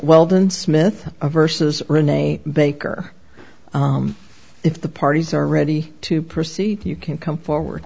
weldon smith versus renee baker if the parties are ready to proceed you can come forward